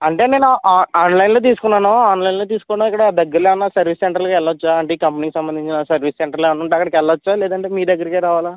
అంటే నేను ఆ ఆన్లైన్లో తీసుకున్నాను ఆన్లైన్లో తీసుకున్నా ఇక్కడ దగ్గరలో ఏమైనా సర్వీస్ సెంటర్లకి వెళ్ళవచ్చా అంటే ఈ కంపెనీకి సంబంధించిన సర్వీస్ సెంటర్లు ఏమైనా ఉంటే అక్కడికి వెళ్ళవచ్చా లేదు అంటే మీ దగ్గరికే రావాలా